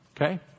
okay